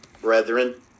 brethren